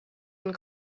and